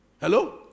Hello